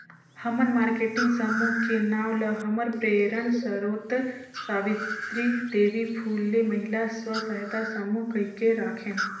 हमन मारकेटिंग समूह के नांव ल हमर प्रेरन सरोत सावित्री देवी फूले महिला स्व सहायता समूह कहिके राखेन